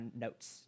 notes